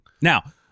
Now